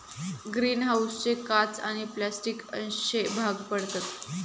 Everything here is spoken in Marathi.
ग्रीन हाऊसचे काच आणि प्लास्टिक अश्ये भाग पडतत